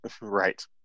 Right